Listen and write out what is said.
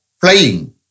Flying